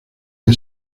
que